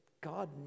God